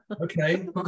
okay